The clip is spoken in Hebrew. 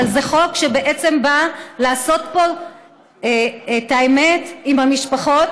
אבל זה חוק שבעצם בא לעשות פה את האמת עם המשפחות,